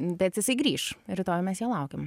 bet jisai grįš rytoj mes jo laukiam